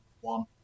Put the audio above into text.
one